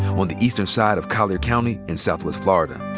on the eastern side of collier county in southwest florida.